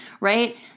right